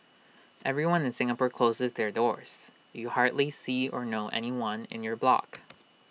everyone in Singapore closes their doors you hardly see or know anyone in your block